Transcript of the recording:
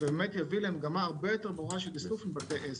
ויביא למגמה הרבה יותר גבוהה של איסוף מבתי עסק.